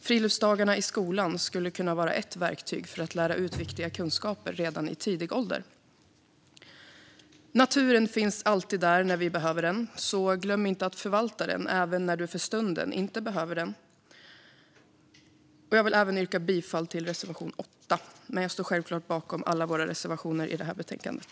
Friluftsdagarna i skolan skulle kunna vara ett verktyg för att lära ut viktiga kunskaper redan i ung ålder. Naturen finns alltid där när vi behöver den, så glöm inte att förvalta den även när du för stunden inte behöver den. Jag vill även yrka bifall till reservation 8 men står självklart bakom alla våra reservationer i det här betänkandet.